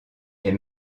est